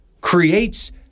creates